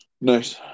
Nice